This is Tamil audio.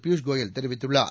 பியூஷ் கோயல் தெரிவித்துள்ளார்